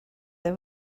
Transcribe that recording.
they